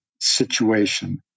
situation